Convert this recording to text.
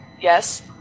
yes